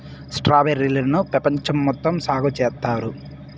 strawberry లను పెపంచం మొత్తం సాగు చేత్తారు